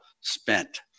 spent